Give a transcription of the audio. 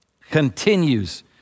continues